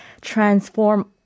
transform